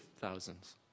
thousands